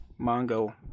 Mongo